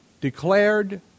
declared